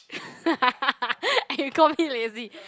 and you call me lazy